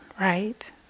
right